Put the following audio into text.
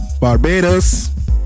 Barbados